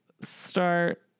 start